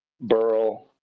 Burl